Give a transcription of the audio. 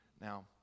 now